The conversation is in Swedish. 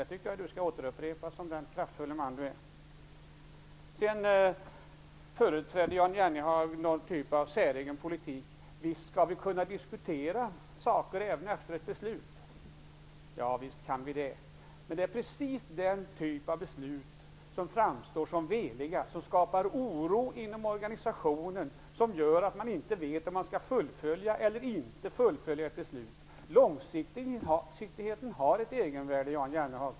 Jag tycker att Jan Jennehag, som den kraftfulle man han är, bör kunna upprepa det. Jan Jennehag företräder vidare en säregen politik när han menar att vi skall kunna diskutera saker och ting även efter ett beslut. Visst kan vi det, men det är just den typen av beslut som framstår som veliga, som skapar oro i organisationen och som gör att man inte vet om ett beslut skall fullföljas eller inte. Långsiktigheten har ett egenvärde, Jan Jennehag.